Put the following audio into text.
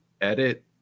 edit